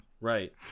right